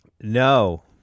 No